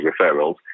referrals